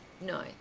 No